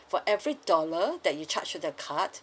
for every dollar that you charged you the card